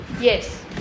Yes